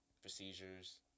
procedures